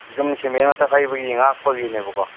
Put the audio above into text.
ꯌꯨꯝ ꯁꯤꯃꯦꯟ ꯃꯊꯛ ꯍꯩꯕꯒꯤ ꯉꯥꯛꯄꯒꯤꯅꯦꯕꯀꯣ